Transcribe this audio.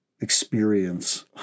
experience